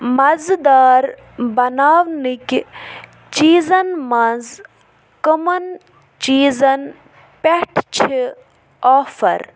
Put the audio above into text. مَزٕدار بناونٕکہِ چیٖزَن منٛز کَمَن چیٖزن پٮ۪ٹھ چھِ آفر